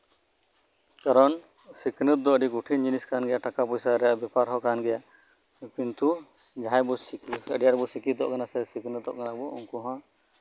ᱥᱚᱠᱷᱱᱟᱹᱛ ᱫᱚ ᱟᱹᱰᱤ ᱠᱩᱴᱷᱤᱱ ᱡᱤᱱᱤᱥ ᱠᱟᱱ ᱜᱮᱭᱟ ᱴᱟᱠᱟ ᱯᱚᱭᱥᱟ ᱨᱮᱭᱟᱜ ᱵᱮᱯᱟᱨ ᱦᱚᱸ ᱠᱟᱱ ᱜᱮᱭᱟ ᱠᱤᱱᱛᱩ ᱡᱟᱦᱟᱸᱭ ᱵᱚ ᱥᱤᱠᱷᱱᱟᱹᱛᱚᱜ ᱠᱟᱱᱟ ᱥᱮ ᱟᱹᱰᱤ ᱟᱸᱴ ᱵᱚ ᱥᱤᱠᱠᱷᱤᱛᱚᱜ ᱠᱟᱱᱟ ᱩᱱᱠᱩ ᱦᱚᱸ